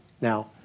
Now